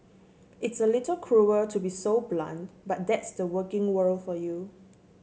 it's a little cruel to be so blunt but that's the working world for you